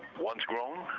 once grown,